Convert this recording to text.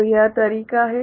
तो यह तरीका है